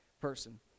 person